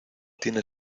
tiene